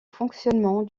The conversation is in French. fonctionnement